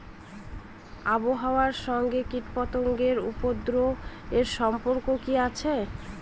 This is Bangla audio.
আবহাওয়ার সঙ্গে কীটপতঙ্গের উপদ্রব এর সম্পর্ক কি আছে?